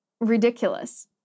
ridiculous